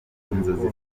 inzozi